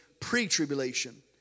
pre-tribulation